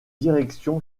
direction